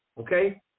okay